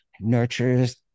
nurtures